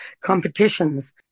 competitions